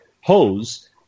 hose